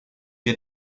wir